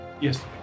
Yes